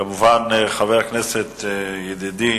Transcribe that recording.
כמובן, חבר הכנסת ידידי